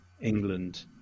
England